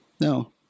No